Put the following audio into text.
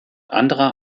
anderer